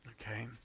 Okay